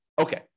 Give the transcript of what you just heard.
Okay